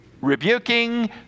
rebuking